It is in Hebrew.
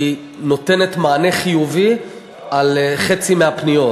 היא נותנת מענה חיובי על חצי מהפניות.